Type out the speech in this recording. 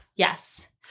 Yes